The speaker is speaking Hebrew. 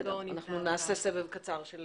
אנחנו נעשה סבב קצר של